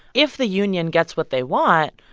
if the union gets what they want,